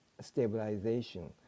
stabilization